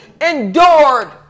endured